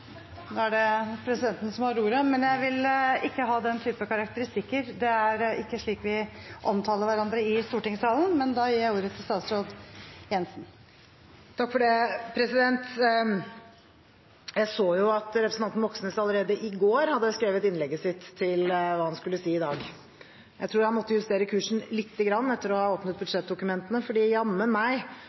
Nå er det presidenten som har ordet. Presidenten vil ikke ha den type karakteristikker. Det er ikke slik vi omtaler hverandre i stortingssalen. Jeg så at representanten Moxnes allerede i går hadde skrevet innlegget sitt – hva han skulle si i dag. Jeg tror han måtte justere kursen lite grann etter å ha åpnet budsjettdokumentene, for jammen meg